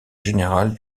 général